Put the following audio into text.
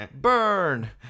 burn